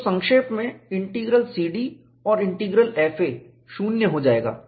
तो संक्षेप में इंटीग्रल CD और इंटीग्रल FA शून्य हो जाएगा